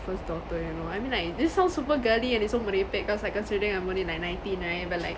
first daughter you know I mean like this sounds super geli and it's so merepek cause like considering I'm only like ninety right but like